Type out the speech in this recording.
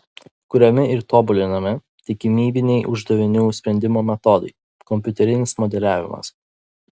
kuriami ir tobulinami tikimybiniai uždavinių sprendimo metodai kompiuterinis modeliavimas